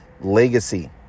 Legacy